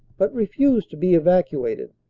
but refused to be evacuated,